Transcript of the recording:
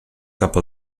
cap